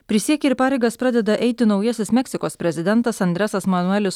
prisiekė ir pareigas pradeda eiti naujasis meksikos prezidentas antrasis manuelis